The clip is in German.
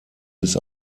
bis